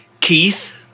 Keith